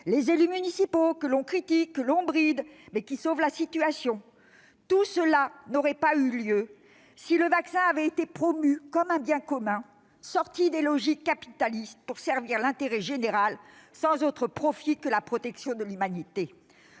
les élus municipaux que l'on critique, que l'on bride mais qui sauvent la situation : tout cela n'aurait pas eu lieu si le vaccin avait été promu comme un bien commun, sorti des logiques capitalistes pour servir l'intérêt général, sans autre profit que la protection de l'humanité.